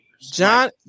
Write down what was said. John